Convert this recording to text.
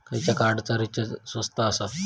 खयच्या कार्डचा रिचार्ज स्वस्त आसा?